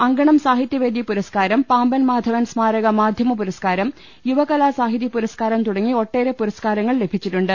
അങ്കണം സാഹിത്യ വേദി പുരസ്കാരം പാമ്പൻ മാധവൻ സ്മാരക മാധ്യമ പുരസ്കാ രം യുവകലാസാഹിതി പുരസ്കാരം തുടങ്ങി ഒട്ടേറെ പുരസ്കാര ങ്ങൾ ലഭിച്ചിട്ടുണ്ട്